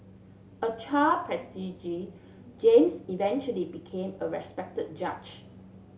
a child prodigy James eventually became a respected judge